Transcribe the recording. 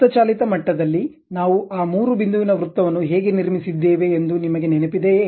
ಹಸ್ತಚಾಲಿತ ಮಟ್ಟದಲ್ಲಿ ನಾವು ಆ ಮೂರು ಬಿಂದುವಿನ ವೃತ್ತವನ್ನು ಹೇಗೆ ನಿರ್ಮಿಸಿದ್ದೇವೆ ಎಂದು ನಿಮಗೆ ನೆನಪಿದೆಯೇ